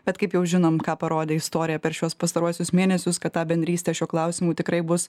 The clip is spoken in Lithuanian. bet kaip jau žinom ką parodė istorija per šiuos pastaruosius mėnesius kad tą bendrystę šiuo klausimu tikrai bus